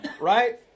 right